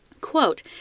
Quote